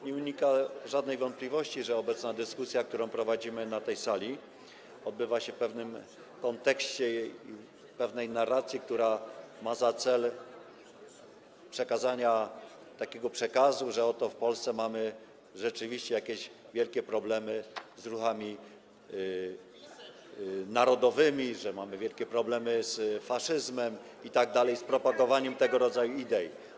Nie ulega żadnej wątpliwości, że obecna dyskusja, którą prowadzimy na ten sali, odbywa się w pewnym kontekście i pewnej narracji, która ma na celu danie takiego przekazu, że oto w Polsce mamy rzeczywiście jakieś wielkie problemy z ruchami narodowymi, mamy wielkie problemy z faszyzmem itd., z propagowaniem tego rodzaju idei.